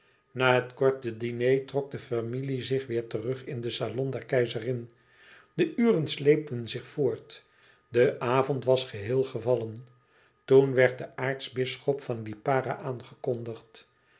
na het korte diner trok de familie zich weêr terug in den salon der keizerin de uren sleepten zich voort de avond was geheel gevallen toen werd de aartsbisschop van lipara aangekondigd